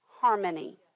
harmony